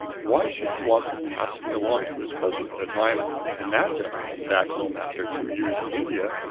why should he want to pass me along to his cousin at a time when that gentleman, back home after two years in india,